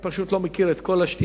אני פשוט לא מכיר את כל השתייה,